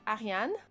Ariane